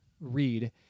read